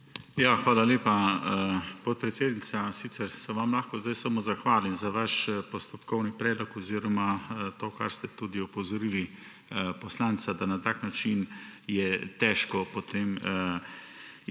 Hvala lepa, podpredsednica. Sicer se vam lahko zdaj samo zahvalim za vaš postopkovni predlog oziroma za to, na kar ste tudi opozorili poslanca, da na tak način je težko potem